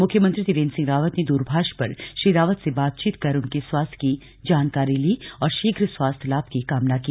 मुख्यमंत्री त्रिवेन्द्र सिंह रावत ने दूरभाष पर श्री रावत से बात कर उनके स्वास्थ्य की जानकारी ली और शीघ्र स्वास्थ्य लाभ की कामना की